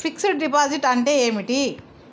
Fix డ్ deposit అంటే ఏమిటి?